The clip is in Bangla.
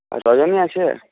আর রজনী আছে